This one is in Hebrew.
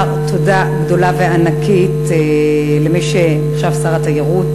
תודה גדולה וענקית למי שנחשב לשר התיירות,